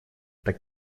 так